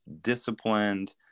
disciplined